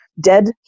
Dead